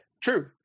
true